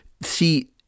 see